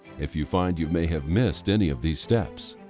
if you find you may have missed any of these steps.